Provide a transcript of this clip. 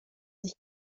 sich